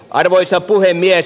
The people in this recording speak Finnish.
arvoisa puhemies